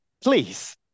Please